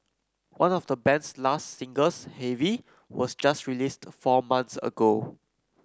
one of the band's last singles Heavy was just released four months ago